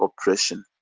oppression